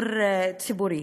שידור ציבורי?